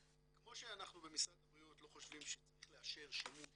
כמו שאנחנו במשרד הבריאות לא חושבים שצריך לאשר שימוש